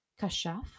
Kashaf